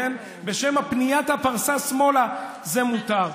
בשם פניית הפרסה שמאלה זה מותר.